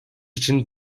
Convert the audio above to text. için